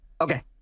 okay